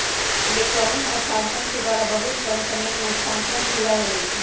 electronic स्थानान्तरण के द्वारा बहुते कम समय में स्थानान्तरण पुरा हो जाइ छइ